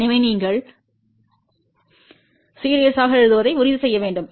எனவே நீங்கள் தொடர்ந்து எழுதுவதை உறுதி செய்ய வேண்டும்